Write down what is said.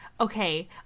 Okay